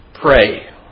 Pray